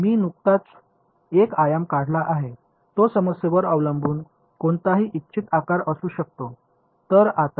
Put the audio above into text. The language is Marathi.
मी नुकताच एक आयत काढला आहे तो समस्येवर अवलंबून कोणताही इच्छित आकार असू शकतो